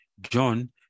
John